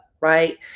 Right